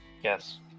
Yes